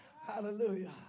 Hallelujah